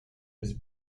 his